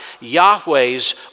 Yahweh's